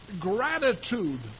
gratitude